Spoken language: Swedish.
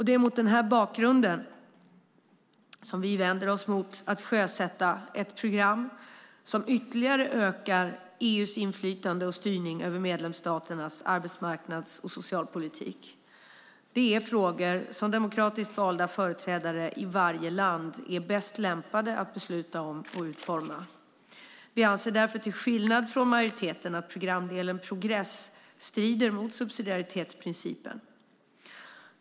Det är mot den här bakgrunden som vi vänder oss mot att sjösätta ett program som ytterligare ökar EU:s inflytande och styrning över medlemsstaternas arbetsmarknads och socialpolitik. Det är frågor som demokratiskt valda företrädare i varje land är bäst lämpade att besluta om och utforma. Vi anser därför, till skillnad från majoriteten, att programdelen Progress strider mot subsidiaritetsprincipen.